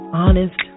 honest